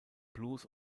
blues